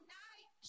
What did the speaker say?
night